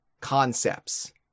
concepts